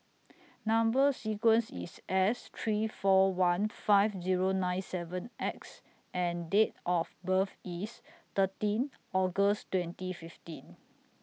Number sequence IS S three four one five Zero nine seven X and Date of birth IS thirteenth August twenty fifteen